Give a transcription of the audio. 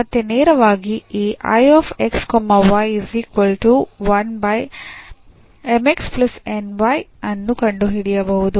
ಮತ್ತೆ ನೇರವಾಗಿ ಈ ಅನ್ನು ಕಂಡುಹಿಡಿಯಬಹುದು